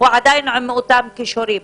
עדיין עם אותם כישורים.